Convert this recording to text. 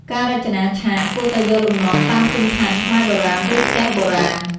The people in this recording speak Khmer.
ការរចនាឆាក គួរតែយកលំនាំតាមភូមិឋានខ្មែរបុរាណ ឬផ្ទះបុរាណ។